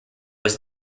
was